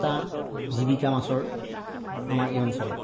এটা জীৱিকা মাছৰ আমাৰ এই অঞ্চলত